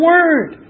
Word